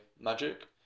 magic